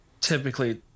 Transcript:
typically